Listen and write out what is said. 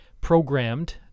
programmed